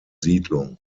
siedlung